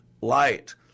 light